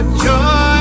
joy